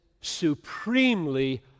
supremely